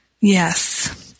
Yes